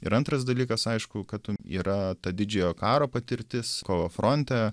ir antras dalykas aišku kad yra ta didžiojo karo patirtis kova fronte